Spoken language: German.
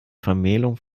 vermählung